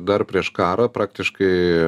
dar prieš karą praktiškai